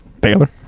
Baylor